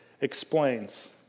explains